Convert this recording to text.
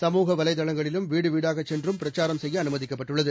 சமூக வலைதளங்களிலும் வீடு வீடாகச் சென்றும் பிரச்சாரம் செய்ய அனுமதிக்கப்பட்டுள்ளது